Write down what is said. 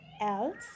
else